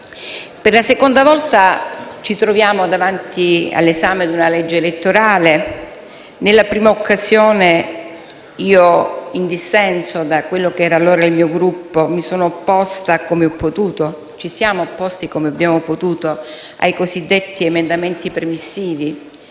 per la seconda volta ci troviamo davanti all'esame di un disegno di legge elettorale. Nella prima occasione, in dissenso da quello che era allora il mio Gruppo di appartenenza, mi sono opposta come ho potuto - ci siamo opposti come abbiamo potuto - ai cosiddetti emendamenti premissivi,